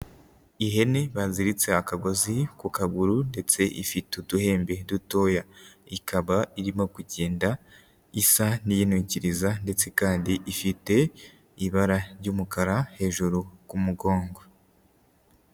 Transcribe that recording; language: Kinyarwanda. Ihene baziritse akagozi ku kaguru ndetse ifite uduhembe dutoya, ikaba irimo kugenda isa n'iyinukiriza ndetse kandi ifite ibara ry'umukara hejuru ku mugongo.